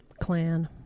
clan